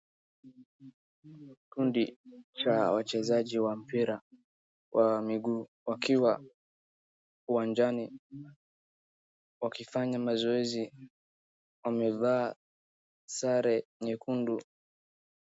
Kundi cha wachezaji wa mpira wa mguu wakiwa uwanjani wakifanya mazoezi wamevaa sare nyekundu.